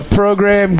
program